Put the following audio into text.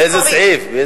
באיזה סעיף?